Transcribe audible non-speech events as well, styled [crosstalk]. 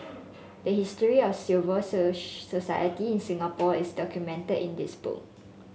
the history of civil [unintelligible] society in Singapore is documented in this book